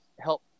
help